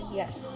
yes